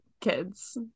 kids